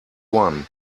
one